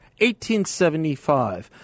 1875